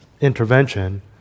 intervention